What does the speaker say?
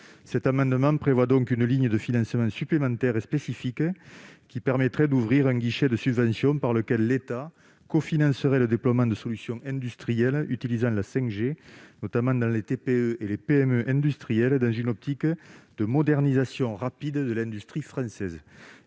Cet amendement vise donc à ouvrir une ligne de financement supplémentaire et spécifique qui permettrait la mise en place d'un guichet de subvention par lequel l'État cofinancerait le déploiement de solutions industrielles utilisant la 5G, notamment dans les TPE et PME industrielles, dans une optique de modernisation rapide de l'industrie française.